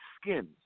Skins